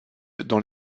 dans